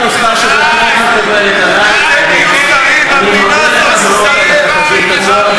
אני מפרגן לך את זה.